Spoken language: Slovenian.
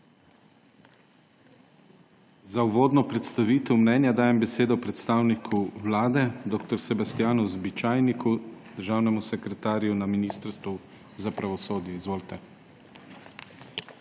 Za uvodno predstavitev mnenja dajem besedo predstavniku Vlade dr. Sebastjanu Zbičajniku, državnemu sekretarju na Ministrstvu za pravosodje. Izvolite.